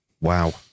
Wow